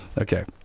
Okay